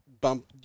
bump